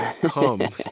Come